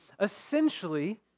essentially